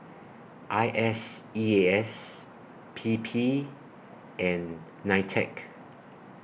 I S E A S P P and NITEC